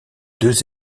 deux